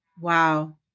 Wow